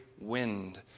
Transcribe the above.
wind